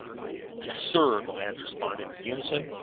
yes, sir, the lads responded in unison,